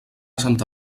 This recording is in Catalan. santa